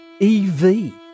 EV